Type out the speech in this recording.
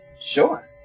Sure